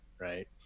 right